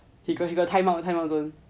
he got time out time out zone